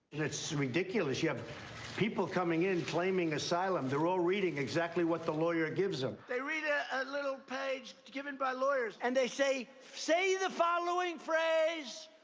ridiculous, you have people coming in claiming asylum and they're all reading exactly what the lawyer gives them. they read a ah little page given by lawyers. and they say, say the following phrase,